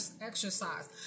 exercise